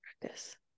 practice